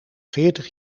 veertig